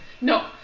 No